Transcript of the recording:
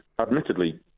admittedly